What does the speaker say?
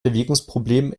bewegungsproblem